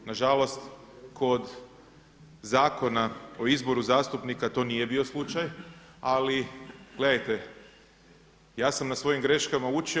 Na žalost kod Zakona o izboru zastupnika to nije bio slučaj, ali gledajte ja sam na svojim greškama učio.